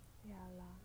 ya